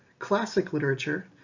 classic literature,